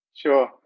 Sure